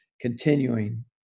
continuing